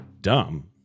Dumb